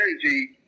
energy